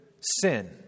sin